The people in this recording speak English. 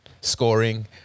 scoring